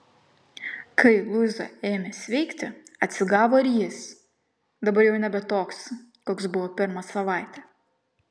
kai luiza ėmė sveikti atsigavo ir jis dabar jau nebe toks koks buvo pirmą savaitę